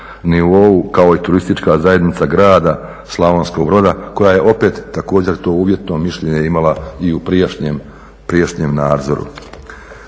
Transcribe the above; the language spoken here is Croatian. nivou kao i turistička zajednica grada Slavonskog Broda koja je tako to uvjetno mišljenje imala i u prijašnjem nadzoru.